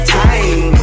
time